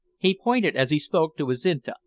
he pointed as he spoke to azinte,